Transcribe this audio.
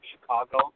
Chicago